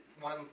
one